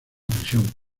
prisión